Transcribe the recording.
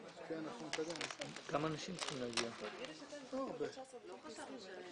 מסיימים פה ארבע שנים במהלכן ישבנו אלפי שעות,